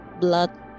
blood